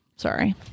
Sorry